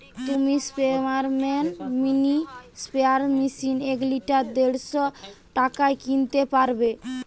তুমি sprayman mini sprayer machine এক litre দেড়শ টাকায় কিনতে পারবে